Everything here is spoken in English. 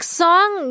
song